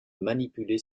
manipuler